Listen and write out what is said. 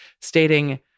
stating